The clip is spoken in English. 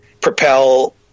propel